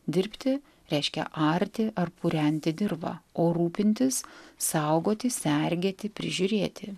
dirbti reiškia arti ar purenti dirvą o rūpintis saugoti sergėti prižiūrėti